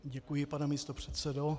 Děkuji, pane místopředsedo.